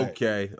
Okay